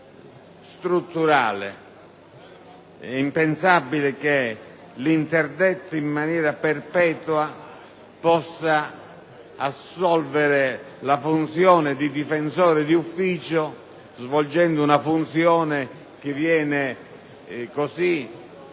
strutturale: è impensabile che l'interdetto in maniera perpetua possa assolvere alla funzione di difensore d'ufficio, svolgendo una funzione che viene così